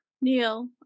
Neil